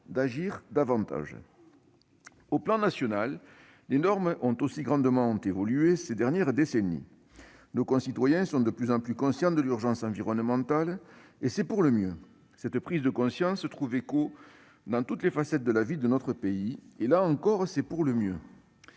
d'agir davantage. À l'échelon national, les normes ont aussi grandement évolué ces dernières décennies. Nos concitoyens sont de plus en plus conscients de l'urgence environnementale, et c'est pour le mieux. Cette prise de conscience trouve écho dans toutes les facettes de la vie de notre pays, et là encore c'est pour le mieux.